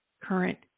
current